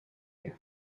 you